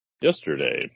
yesterday